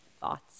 thoughts